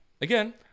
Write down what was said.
Again